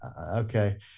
okay